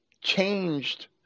changed